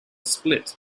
split